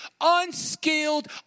unskilled